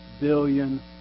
billion